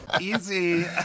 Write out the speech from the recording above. Easy